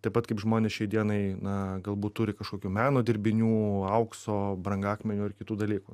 taip pat kaip žmonės šiai dienai na galbūt turi kažkokių meno dirbinių aukso brangakmenių ar kitų dalykų